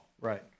Right